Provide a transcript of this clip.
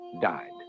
died